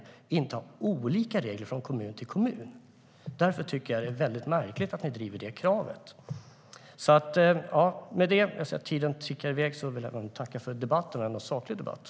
Man kan inte ha olika regler från kommun till kommun. Därför tycker jag att det är väldigt märkligt att ni driver det kravet, Ola Johansson.